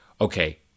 Okay